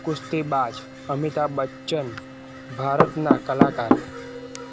કુસ્તીબાજ અમિતા બચ્ચન ભારતના કલાકાર